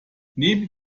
neben